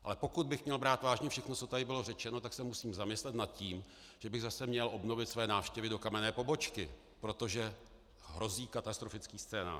Ale pokud bych měl brát vážně všechno, co tady bylo řečeno, tak se musím zamyslet nad tím, že bych zase měl obnovit své návštěvy do kamenné pobočky, protože hrozí katastrofický scénář.